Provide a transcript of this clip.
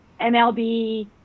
MLB